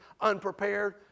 unprepared